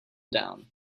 down